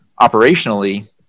operationally